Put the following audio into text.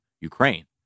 Ukraine